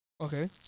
Okay